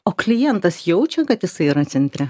o klientas jaučia kad jisai yra centre